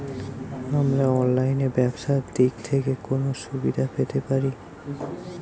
আমরা অনলাইনে ব্যবসার দিক থেকে কোন সুবিধা পেতে পারি?